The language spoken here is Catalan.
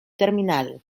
terminal